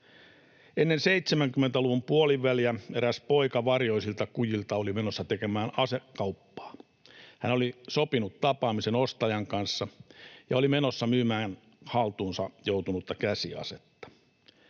Ennen 70-luvun puoliväliä eräs poika varjoisilta kujilta oli menossa tekemään asekauppaa. Hän oli sopinut tapaamisen ostajan kanssa ja oli menossa myymään haltuunsa joutunutta käsiasetta.